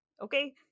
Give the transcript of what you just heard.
okay